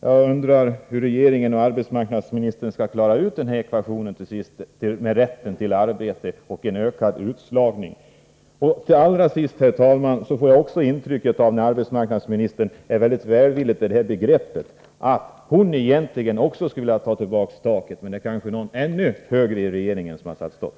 Jag undrar hur regeringen och arbetsmarknadsministern till sist skall få ekvationen med rätten till arbete och en ökad utslagning att gå ihop. Allra sist, herr talman, vill jag säga att jag får intrycket att också arbetsmarknadsministern, som är så välvillig i detta sammanhang, egentligen skulle vilja få tillbaka taket — men det är kanske någon som är ännu högre uppsatt i regeringen som har sagt stopp?